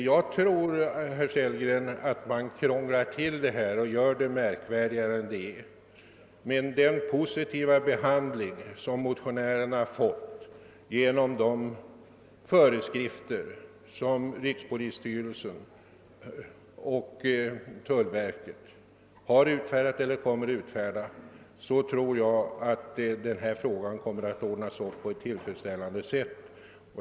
Jag tror, herr Sellgren, att man inte ska krångla till denna fråga mer än nödvändigt och göra den märkvärdigare än den är. Med den positiva behand reskrifter som rikspolisstyrelsen och tullverket har utfärdat eller kommer att utfärda tror jag att denna fråga kommer att lösas på ett tillfredsställande sätt.